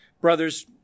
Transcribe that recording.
Brothers